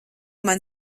man